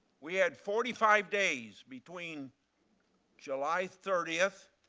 we had forty five days between july thirty